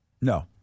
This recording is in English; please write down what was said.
No